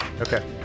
Okay